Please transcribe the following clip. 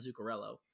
Zuccarello